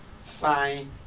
Sign